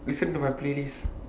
listen to my playlist